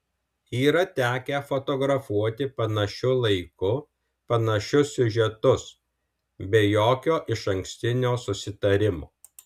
yra tekę fotografuoti panašiu laiku panašius siužetus be jokio išankstinio susitarimo